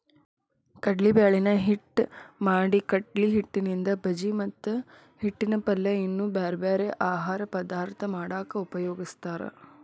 ಕಡ್ಲಿಬ್ಯಾಳಿನ ಹಿಟ್ಟ್ ಮಾಡಿಕಡ್ಲಿಹಿಟ್ಟಿನಿಂದ ಬಜಿ ಮತ್ತ ಹಿಟ್ಟಿನ ಪಲ್ಯ ಇನ್ನೂ ಬ್ಯಾರ್ಬ್ಯಾರೇ ಆಹಾರ ಪದಾರ್ಥ ಮಾಡಾಕ ಉಪಯೋಗಸ್ತಾರ